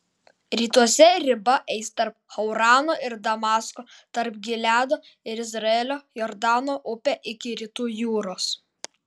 rytuose riba eis tarp haurano ir damasko tarp gileado ir izraelio jordano upe iki rytų jūros